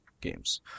games